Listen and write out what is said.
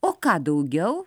o ką daugiau